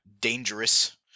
dangerous